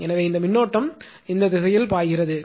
எனவே இந்த மின்னோட்டம்கரண்ட் இந்த திசையில் பாய்கிறது